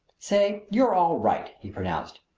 say, you're all right! he pronounced.